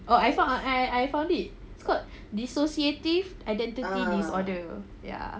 oh I found I I found it it's called dissociative identity disorder ya